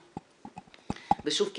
ושוב,